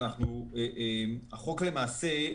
למעשה,